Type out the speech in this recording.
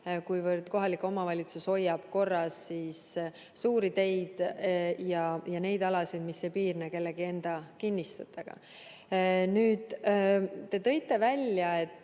kuivõrd kohalik omavalitsus hoiab korras suuri teid ja neid alasid, mis ei piirne kellegi enda kinnistutega. Te ütlesite,